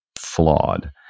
flawed